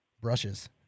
brushes